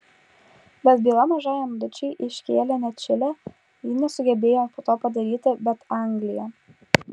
bet bylą mažajam dučei iškėlė ne čilė ji nesugebėjo to padaryti bet anglija